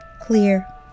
Clear